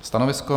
Stanovisko?